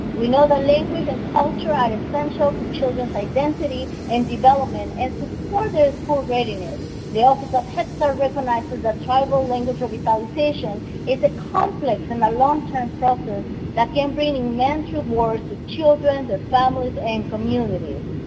we know the language and culture are essential to children's identity and development and supports school readiness. the office of head start recognizes that tribal language revitalisation is a complex and a long-term process that can bring immense rewards to children their families and communities.